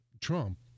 Trump